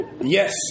yes